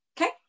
okay